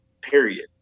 period